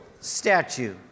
statue